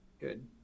good